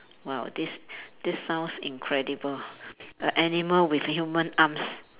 !wow! this this sounds incredible a animal with human arms